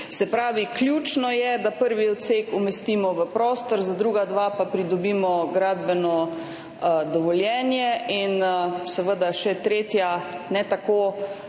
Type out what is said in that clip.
Se pravi, ključno je, da prvi odsek umestimo v prostor, za druga dva pa pridobimo gradbeno dovoljenje. In seveda še tretja, ne tako